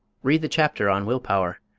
read the chapter on will power.